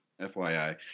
FYI